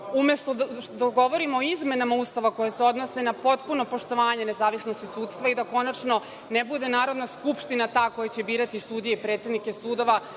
umesto da govorimo o izmenama Ustava koji se odnose na potpuno poštovanje nezavisnosti sudstva i da konačno ne bude Narodna skupština ta koja će birati sudije, predsednike sudova,